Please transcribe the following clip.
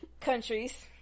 countries